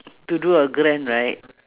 to do a grand right